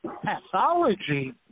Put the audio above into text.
pathology